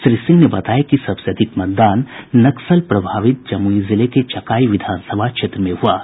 श्री सिंह ने बताया कि सबसे अधिक मतदान नक्सल प्रभावित जमुई जिले के चकाई विधानसभा क्षेत्र में हुआ है